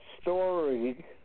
story